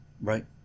Right